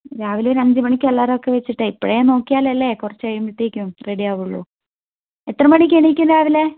രാവിലെ ഒരു അഞ്ചു മണിക്ക് അലാറം ഒക്കെ വച്ചിട്ടേ ഇപ്പോഴേ നോക്കിയാലല്ലേ കുറച്ച് കഴിയുമ്പോഴത്തേക്കും റെഡി ആവുള്ളു എത്ര മണിക്ക് എണീക്കും രാവിലെ